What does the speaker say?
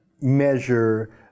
measure